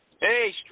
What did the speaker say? Hey